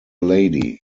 lady